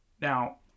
Now